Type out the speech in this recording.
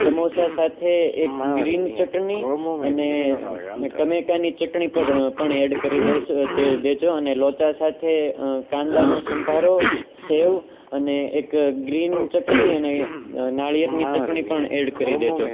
સમોસા સાથે એક ગ્રીન ચટણી અને ને ટમેટાની ચટણી પર પણ એડ કરી દેજો અને લોચા સાથે કાંદાનો સંભારો સેવ અને એક ગ્રીન ચટણી અને નારિયેળની ચટણી પણ એડ કરી દેજો